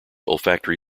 olfactory